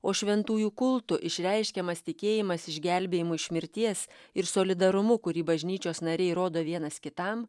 o šventųjų kultu išreiškiamas tikėjimas išgelbėjimu iš mirties ir solidarumu kurį bažnyčios nariai rodo vienas kitam